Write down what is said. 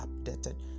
updated